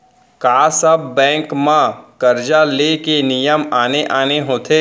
का सब बैंक म करजा ले के नियम आने आने होथे?